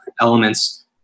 elements